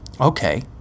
okay